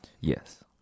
yes